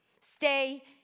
Stay